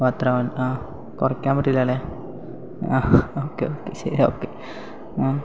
ഓഹ് അത്ര ആ കുറയ്ക്കാൻ പറ്റില്ല അല്ലേ ഓക്കെ ഓക്കെ ശരി ഓക്കെ ആ